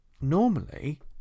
normally